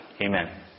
Amen